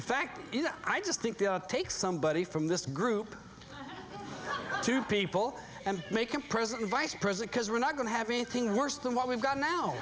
in fact i just think take somebody from this group to people and make him president vice president because we're not going to have anything worse than what we've got now